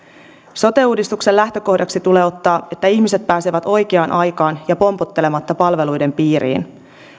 sote uudistuksen lähtökohdaksi tulee ottaa että ihmiset pääsevät oikeaan aikaan ja pompottelematta palveluiden piiriin